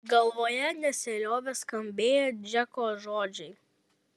galvoje nesiliovė skambėję džeko žodžiai